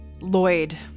Lloyd